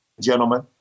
gentlemen